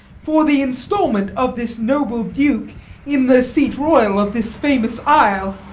for the instalment of this noble duke in the seat royal of this famous isle?